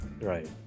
Right